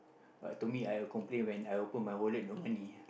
but to me I complain when I open my wallet no money ah